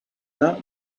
that